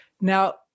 Now